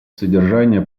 содержания